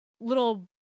little